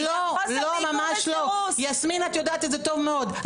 לא, ממש לא, יסמין את יודעת את זה טוב מאוד.